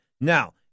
Now